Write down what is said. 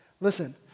listen